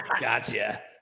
gotcha